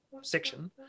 section